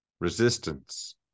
Resistance